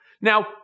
Now